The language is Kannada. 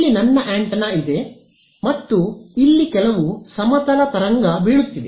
ಇಲ್ಲಿ ನನ್ನ ಆಂಟೆನಾ ಇದೆ ಮತ್ತು ಇಲ್ಲಿ ಕೆಲವು ಸಮತಲ ತರಂಗ ಬೀಳುತ್ತಿದೆ